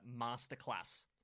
Masterclass